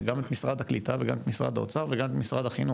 גם את משרד הקליטה וגם את משרד האוצר וגם את משרד החינוך.